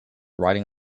riding